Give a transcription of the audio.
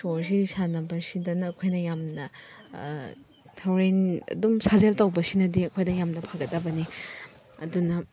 ꯁꯣꯔꯁꯤ ꯁꯥꯟꯅꯕꯁꯤꯗꯅ ꯑꯩꯈꯣꯏꯅ ꯌꯥꯝꯅ ꯍꯣꯔꯦꯟ ꯑꯗꯨꯝ ꯁꯥꯖꯦꯟ ꯇꯧꯕꯁꯤꯅꯗꯤ ꯑꯩꯈꯣꯏꯗ ꯌꯥꯝꯅ ꯐꯥꯒꯠꯇꯕꯅꯤ ꯑꯗꯨꯅ